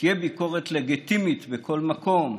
כשתהיה ביקורת לגיטימית בכל מקום,